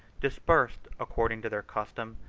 dispersed, according to their custom,